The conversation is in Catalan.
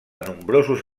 nombrosos